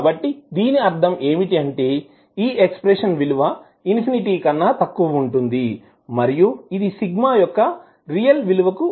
కాబట్టి దీని అర్థం ఏమిటి అంటే ఈ ఎక్స్ప్రెషన్ విలువ ఇన్ఫినిటీ కన్నా తక్కువ ఉంటుంది మరియు ఇది సిగ్మా యొక్క రియల్ విలువ కి వర్తించబడుతుంది